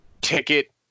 ticket